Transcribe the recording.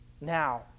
now